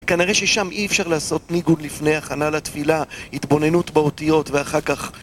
כנראה ששם אי אפשר לעשות ניגוד לפני הכנה לתפילה, התבוננות באותיות ואחר כך...